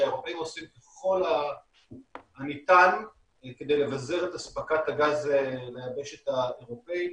שהאירופאים עושים ככל הניתן כדי לבזר את אספקת הגז ליבשת האירופאית,